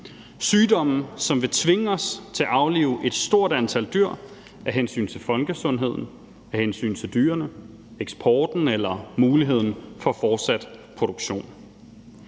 sygdomme, som vil tvinge os til at aflive et stort antal dyr af hensyn til folkesundheden og af hensyn til dyrene, eksporten eller muligheden for en fortsat produktion.